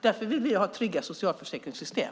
Därför vill vi ha trygga socialförsäkringssystem.